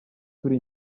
turi